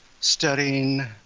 studying